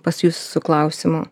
pas jus su klausimu